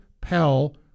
Pell